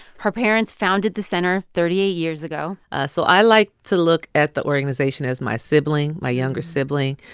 her parents founded the center thirty eight years ago so i like to look at the organization as my sibling, my younger sibling.